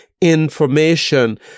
information